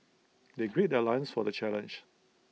they gird their loins for the challenge